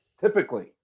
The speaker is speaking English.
Typically